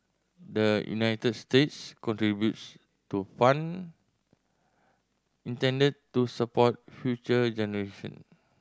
the United States contributes to fund intended to support future generation